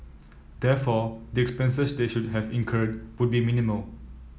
therefore the expenses they should have incurred would be minimal